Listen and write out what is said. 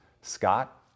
Scott